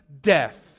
death